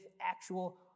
actual